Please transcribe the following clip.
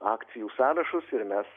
akcijų sąrašus ir mes